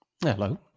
Hello